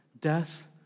Death